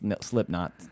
Slipknot